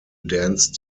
dance